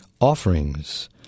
offerings